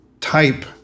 type